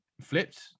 flipped